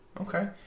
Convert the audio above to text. Okay